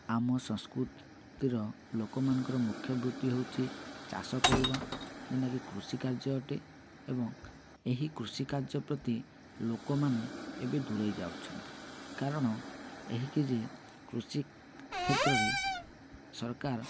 ଆମ ସଂସ୍କୃତିର ଲୋକମାନଙ୍କର ମୁଖ୍ୟ ବୃତ୍ତି ହେଉଛି ଚାଷ କରିବା କୃଷି କାର୍ଯ୍ୟ ଅଟେ ଏବଂ ଏହି କୃଷି କାର୍ଯ୍ୟ ପ୍ରତି ଲୋକମାନେ ଏବେ ଦୂରେଇ ଯାଉଛନ୍ତି କାରଣ ଏହି କି ଯେ କୃଷି କ୍ଷେତ୍ରରେ ସରକାର